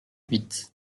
huit